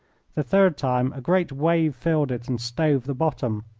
the third time a great wave filled it and stove the bottom.